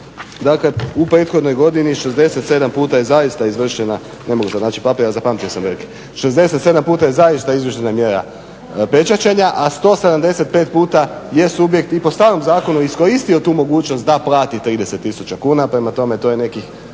a zapamtio sam …, 67 puta je zaista izvršena mjera pečaćenja, a 175 puta je subjekt i po starom zakonu iskoristio tu mogućnost da plati 30 tisuća kuna. prema tome to je nekih